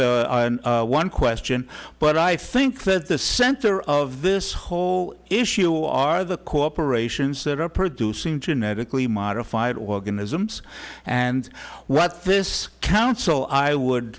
one question but i think that the center of this whole issue are the corporations that are producing genetically modified organisms and what this council i would